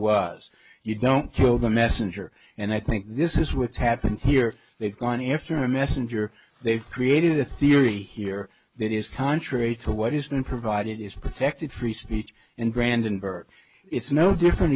was you don't kill the messenger and i think this is what's happened here they've gone after a messenger they've created a theory here that is contrary to what has been provided is protected free speech and brandenburg it's no different